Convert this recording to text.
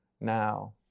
now